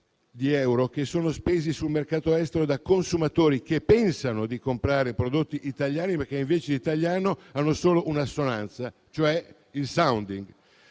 di euro quelli spesi sul mercato estero da consumatori che pensano di comprare prodotti italiani, ma che invece di italiano hanno solo un'assonanza, cioè il *sounding*,